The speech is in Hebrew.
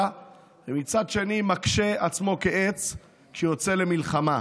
ומצד שני מקשה עצמו כעץ כשיוצא למלחמה.